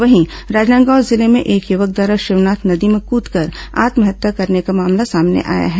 वहीं राजनांदगांव जिले में एक युवक द्वारा शिवनाथ नदी में कृदकर आत्महत्या करने का मामला सामने आया है